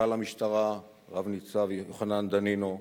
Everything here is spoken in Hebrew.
מפכ"ל המשטרה, רב-ניצב יוחנן דנינו,